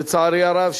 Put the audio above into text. לצערי הרב,